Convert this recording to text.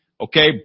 Okay